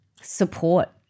support